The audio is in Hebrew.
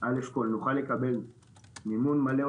שנוכל לקבל מימון מלא,